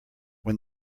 when